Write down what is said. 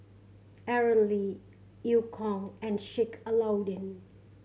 Aaron Lee Eu Kong and Sheik Alau'ddin